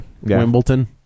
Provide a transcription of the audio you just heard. Wimbledon